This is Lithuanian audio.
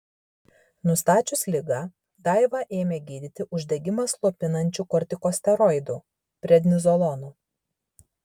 nustačius ligą daivą ėmė gydyti uždegimą slopinančiu kortikosteroidu prednizolonu